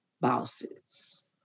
bosses